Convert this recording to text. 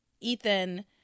Ethan